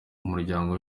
umuryango